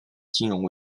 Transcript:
金融